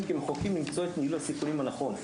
כמחוקקים למצוא את ניהול הסיכונים הנכון.